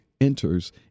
enters